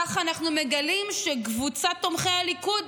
ככה אנחנו מגלים שקבוצת תומכי הליכוד